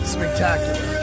Spectacular